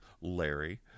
Larry